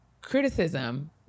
criticism